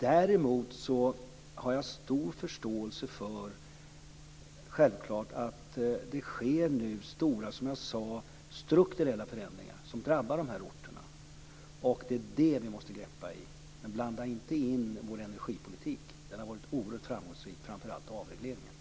Däremot har jag självklart stor förståelse för att det nu sker stora strukturella förändringar som drabbar dessa orter, och det är det vi måste ta tag i. Men blanda inte in vår energipolitik. Den har varit oerhört framgångsrik, framför allt avregleringen.